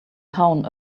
town